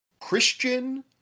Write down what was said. Christian